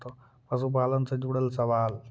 पशुपालन से जुड़ल सवाल?